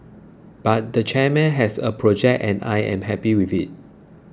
but the chairman has a project and I am happy with it